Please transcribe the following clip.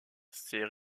ces